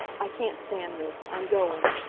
i can't stand this. i'm going.